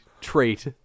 trait